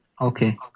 Okay